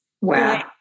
Wow